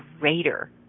greater